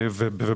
כך,